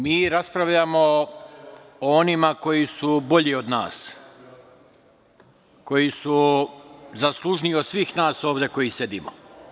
Mi raspravljamo o onima koji su bolji od nas, koji su zaslužniji od svih nas koji ovde sedimo.